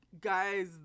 guys